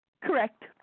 Correct